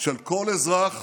של כל אזרח